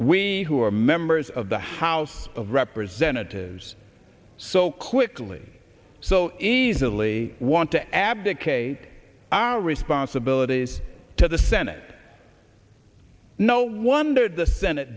we who are members of the house of representatives so quickly so easily want to abdicate our responsibilities to the senate no wonder the senate